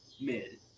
mid